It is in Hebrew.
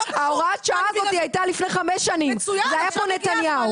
הוראת השעה הזאת הייתה לפני חמש שנים והיה פה נתניהו.